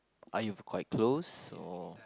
are you quite close or